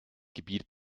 gebiet